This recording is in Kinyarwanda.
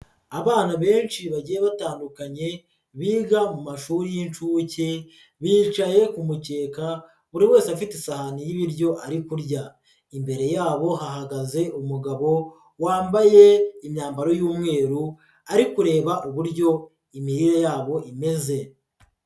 Abana benshi bagiye batandukanye biga mu mashuri y'inshuke bicaye ku mukeka buri wese afite isahani y'ibiryo ari kurya, imbere yabo hahagaze umugabo wambaye imyambaro y'umweru ari kureba uburyo imirire yabo imeze.